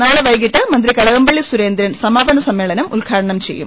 നാളെ പ്രവെകീട്ട് മന്ത്രി കട കംപള്ളി സുരേന്ദ്രൻ സമാപന സമ്മേളനം ഉദ്ഘാടനം ചെയ്യും